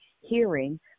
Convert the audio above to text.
Hearing